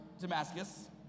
Damascus